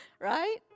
Right